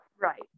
Right